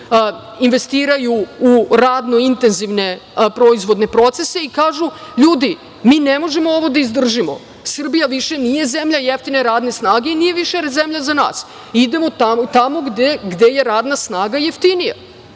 koji investiraju u radno-intenzivne proizvodne procese i kažu – ljudi mi ne možemo ovo da izdržimo. Srbija više nije zemlja jeftine radne snage i nije više zemlja za nas. Idemo tamo gde je radna snaga jeftinija,